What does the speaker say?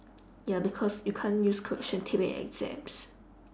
ya because you can't use correction tape in exams